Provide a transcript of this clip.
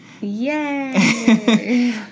Yay